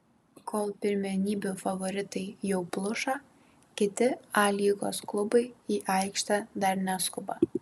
kol pirmenybių favoritai jau pluša kiti a lygos klubai į aikštę dar neskuba